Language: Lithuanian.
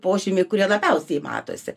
požymiai kurie labiausiai matosi